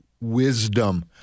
wisdom